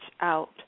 out